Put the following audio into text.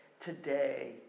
today